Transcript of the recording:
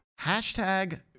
Hashtag